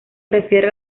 refiere